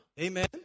Amen